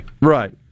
Right